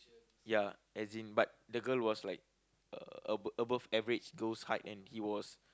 ya as in but the girl was like uh a~ above average girls' height and he was